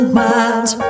miles